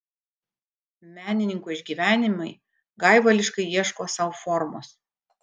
menininko išgyvenimai gaivališkai ieško sau formos